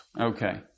Okay